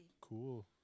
Cool